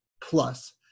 plus